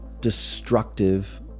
destructive